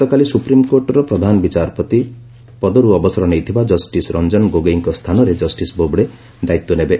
ଗତକାଲି ସୁପ୍ରମିକୋର୍ଟର ପ୍ରଧାନ ବିଚାରପତି ପଦରୁ ଅବସର ନେଇଥିବା ଜଷ୍ଟିସ୍ ରଞ୍ଜନ ଗୋଗୋଇଙ୍କ ସ୍ଥାନରେ ଜଷ୍ଟିସ୍ ବୋବଡେ ଦାୟିତ୍ୱ ନେବେ